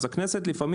הכנסת לפעמים